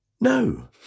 no